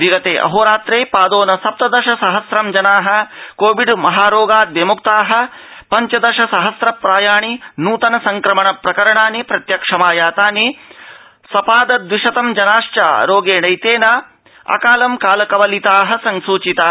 विगते अहोरात्रे पादोन सप्तदश सहस्रं जनाः कोविड महारोगाद निमुक्ताः पञ्चदश सहस्र प्रायाणि नूतन संक्रमण प्रकरणानि च प्रत्यक्षमायातानि सपाद द्विशतं जनाश्च रोगेणैतेन मृत्यूम्पगताः संसूचिताः